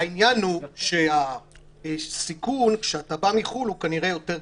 העניין הוא שהסיכון כשאתה בא מחו"ל הוא כנראה יותר גדול,